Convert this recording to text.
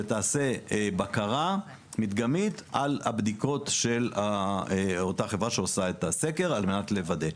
שתעשה בקרה מדגמית על הבדיקות של אותה חברה שעושה את הסקר על מנת לוודא.